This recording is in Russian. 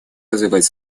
развивать